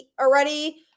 already